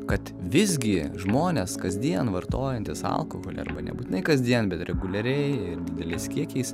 kad visgi žmonės kasdien vartojantys alkoholį arba nebūtinai kasdien bet reguliariai ir dideliais kiekiais